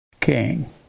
king